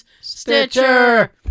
Stitcher